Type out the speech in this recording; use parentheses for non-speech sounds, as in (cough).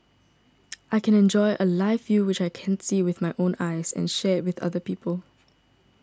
(noise) I can enjoy a live view which I can't see with my own eyes and share it with other people